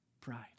pride